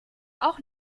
auch